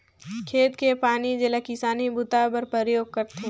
खेत के पानी जेला किसानी बूता बर परयोग करथे